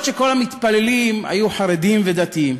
אף שכל המתפללים היו חרדים ודתיים,